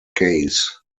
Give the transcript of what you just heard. case